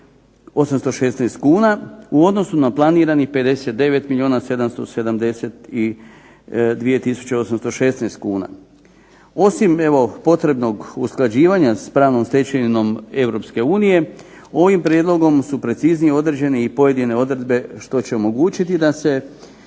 kuna u odnosu na planiranih 59772816 kuna. Osim evo potrebnog usklađivanja s pravnom stečevinom Europske unije ovim prijedlogom su preciznije određene i pojedine odredbe što će omogućiti da se